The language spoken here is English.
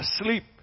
asleep